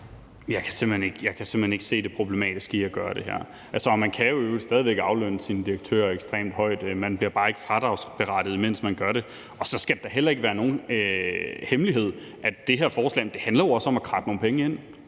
Jeg kan simpelt hen ikke se det problematiske i at gøre det her. Man kan jo i øvrigt stadig væk aflønne sine direktører ekstremt højt; man bliver bare ikke fradragsberettiget af det. Og så skal det da heller ikke være nogen hemmelighed, at det her forslag også handler om at kradse nogle penge ind.